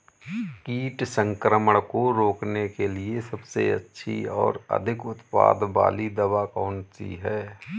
कीट संक्रमण को रोकने के लिए सबसे अच्छी और अधिक उत्पाद वाली दवा कौन सी है?